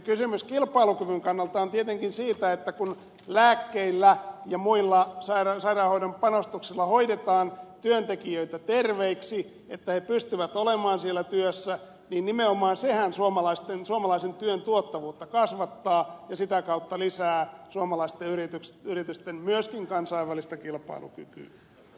kysymys kilpailukyvyn kannalta on tietenkin siitä että kun lääkkeillä ja muilla sairaanhoidon panostuksilla hoidetaan työntekijöitä terveiksi että he pystyvät olemaan siellä työssä niin nimenomaan sehän suomalaisen työn tuottavuutta kasvattaa ja sitä kautta lisää suomalaisten yritysten myöskin kansainvälistä kilpailukykyä